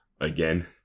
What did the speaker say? Again